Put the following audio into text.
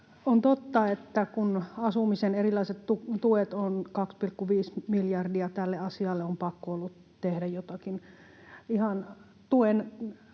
On totta, että kun asumisen erilaiset tuet ovat 2,5 miljardia, tälle asialle on ollut pakko tehdä jotakin. Tuen